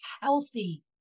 healthy